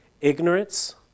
Ignorance